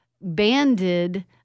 banded